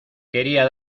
quería